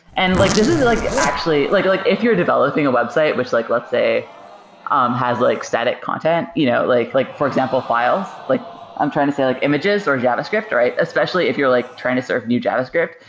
and like this is like actually like like if you're developing a website, which like let's say um has like static content, you know like like for example, files. like i'm trying to say like images or javascript, especially if you're like trying to serve new javascript,